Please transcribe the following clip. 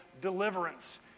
deliverance